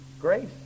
grace